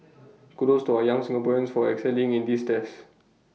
kudos to our young Singaporeans for excelling in these tests